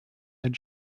ein